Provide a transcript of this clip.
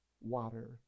water